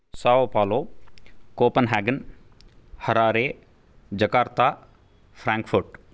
Sao Paulo Copenhagen Harare Jakarta Frankfurt